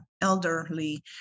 elderly